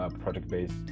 project-based